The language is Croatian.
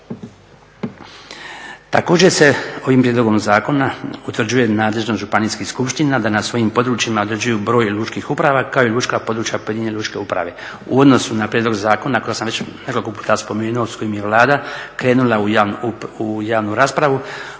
Također se ovim prijedlogom zakona utvrđuje nadležnost županijskih skupština da na svojim područjima određuju broj lučkih uprava kao i lučka područja pojedine lučke uprave. Uvodno su na prijedlog zakona koje sam nekoliko puta već spomenuo s kojim je Vlada krenula u javnu raspravu